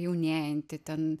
jaunėjanti ten